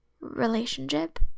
relationship